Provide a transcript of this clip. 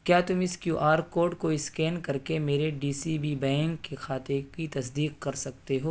کیا تم اس کیو آر کوڈ کو اسکین کر کے میرے ڈی سی بی بینک کے کھاتے کی تصدیق کر سکتے ہو